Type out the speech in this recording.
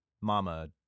Mama